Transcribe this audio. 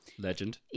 Legend